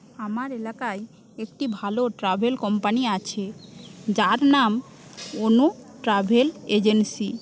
আমার এলাকায় একটি ভালো ট্রাভেল কোম্পানি আছে যার নাম অনু ট্রাভেল এজেন্সি